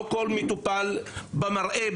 לא כל מטופל במראה,